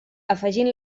afegint